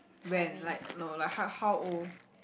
when like no like how how old